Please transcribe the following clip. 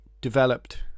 developed